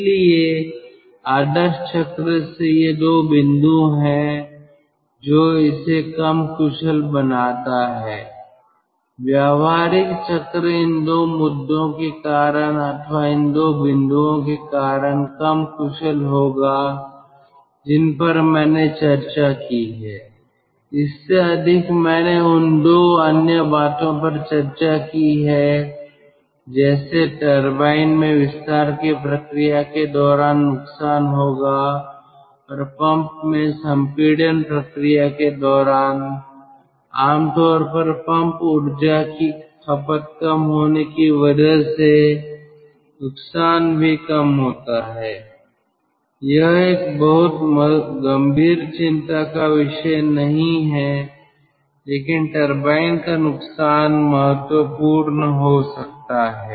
इसलिए आदर्श चक्र से ये 2 बिंदु हैं जो इसे कम कुशल बनाता है व्यावहारिक चक्र इन 2 मुद्दों के कारण अथवा इन 2 बिंदुओं के कारण कम कुशल होगा जिन पर मैंने चर्चा की है इससे अधिक मैंने उन 2 अन्य बातों पर चर्चा की है जैसे टरबाइन में विस्तार की प्रक्रिया के दौरान नुकसान होगा और पंप में संपीड़न प्रक्रिया के दौरान आमतौर पर पंप ऊर्जा की खपत कम होने की वजह से नुकसान भी कम होता हैं यह एक बहुत गंभीर चिंता का विषय नहीं है लेकिन टरबाइन का नुकसान महत्वपूर्ण हो सकता है